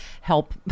help